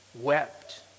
wept